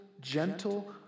gentle